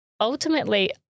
ultimately